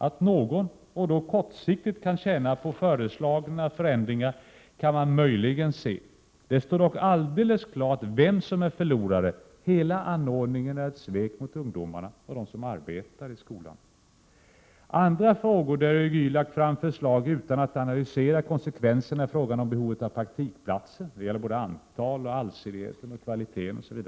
Att någon, och då kortsiktigt, kan tjäna på de föreslagna förändringarna kan man möjligen se. Det står dock alldeles klart vem som är förlorare — hela anordningen är ett svek mot ungdomarna och mot dem som arbetar inom skolan. Andra frågor där ÖGY lagt fram förslag utan att analysera konsekvenserna är frågan om behovet av praktikplatser — antal, allsidighet och kvalitet.